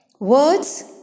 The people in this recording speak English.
words